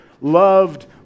loved